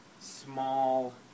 small